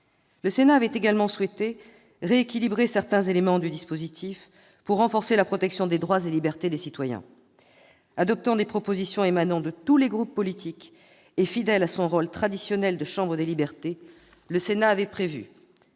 Le Sénat avait également souhaité rééquilibrer certains éléments du dispositif pour renforcer la protection des droits et libertés des citoyens. Adoptant des propositions émanant de tous les groupes politiques et fidèle à son rôle traditionnel de chambre des libertés, il avait prévu